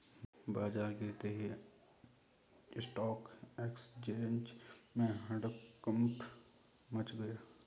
बाजार गिरते ही स्टॉक एक्सचेंज में हड़कंप मच गया